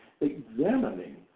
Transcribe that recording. examining